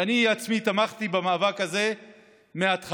ואני עצמי תמכתי במאבק הזה מההתחלה.